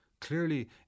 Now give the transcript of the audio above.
Clearly